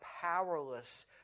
powerless